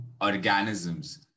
organisms